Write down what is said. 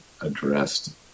addressed